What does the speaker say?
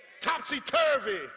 topsy-turvy